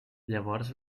llavors